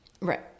right